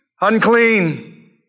unclean